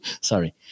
Sorry